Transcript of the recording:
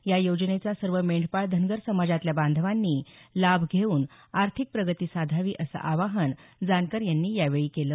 या योजनेचा सर्व मेंढपाळ धनगर समाजातल्या बांधवांनी लाभ घेऊन आर्थिक प्रगती साधावी असं आवाहन जानकर यांनी यावेळी केलं